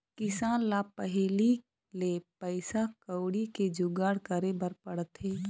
किसान ल पहिली ले पइसा कउड़ी के जुगाड़ करे बर पड़थे